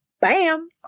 Bam